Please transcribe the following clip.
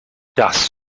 das